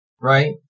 Right